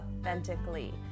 authentically